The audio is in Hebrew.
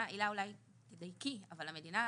הילה, אולי תדייקי - יכולה